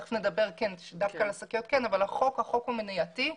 תיכף נדבר שדווקא השקיות כן, אבל החוק הוא מניעתי.